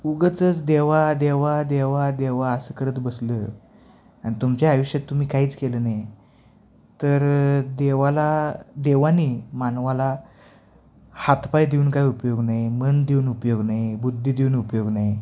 उगाचच देवा देवा देवा देवा असं करत बसलं आणि तुमच्या आयुष्यात तुम्ही काहीच केलं नाही तर देवाला देवाने मानवाला हातपाय देऊन काय उपयोग नाही मन देऊन उपयोग नाही बुद्धी देऊन उपयोग नाही